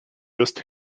just